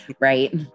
Right